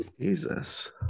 Jesus